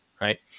right